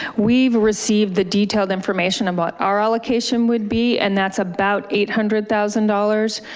we've received the detailed information about our allocation would be and that's about eight hundred thousand dollars.